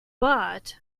but